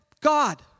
God